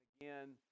again